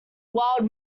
wild